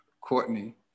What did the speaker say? Courtney